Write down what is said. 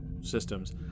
systems